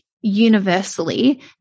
universally